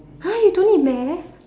!huh! you don't need math